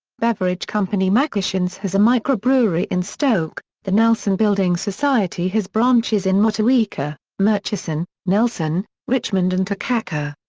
beverage company mccashins has a microbrewery in stoke the nelson building society has branches in motueka, murchison, nelson, richmond and takaka.